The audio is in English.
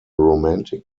romantic